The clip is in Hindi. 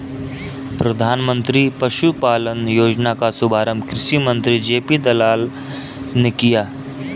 प्रधानमंत्री पशुपालन योजना का शुभारंभ कृषि मंत्री जे.पी दलाल ने किया